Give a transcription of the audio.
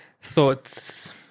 thoughts